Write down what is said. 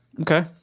Okay